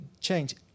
change